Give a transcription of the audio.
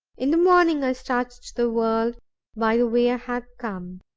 in the morning i started to the world by the way i had come.